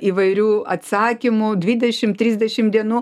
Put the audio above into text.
įvairių atsakymų dvidešim trisdešim dienų